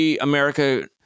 America